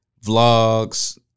Vlogs